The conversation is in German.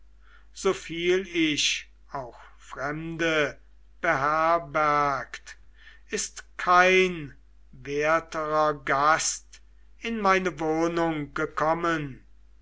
so viel ich auch fremde beherbergt ist kein werterer gast in meine wohnung gekommen